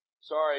Sorry